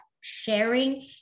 sharing